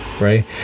right